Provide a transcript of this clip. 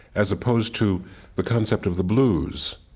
as opposed to the concept of the blues.